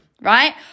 right